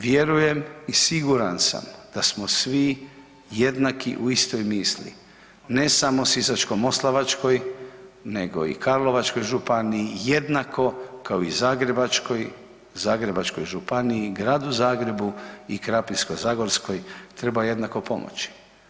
Vjerujem i siguran sam da smo svi jednaki u istoj misli ne samo Sisačko-moslavačkoj, nego i Karlovačkoj županiji jednako kao i Zagrebačkoj županiji, Gradu Zagrebu i Krapinsko-zagorskoj treba jednako pomoći.